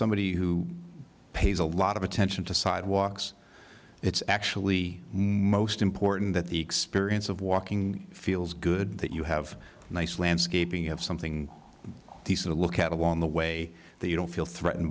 somebody who pays a lot of attention to sidewalks it's actually most important that the experience of walking feels good that you have nice landscaping have something decent look at along the way that you don't feel threatened